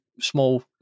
small